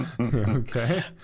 okay